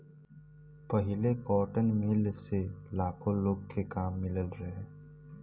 पहिले cotton mill से लाखो लोग के काम मिलल रहे